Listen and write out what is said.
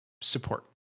support